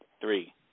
Three